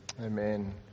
Amen